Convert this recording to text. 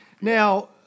Now